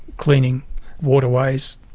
cleaning waterways,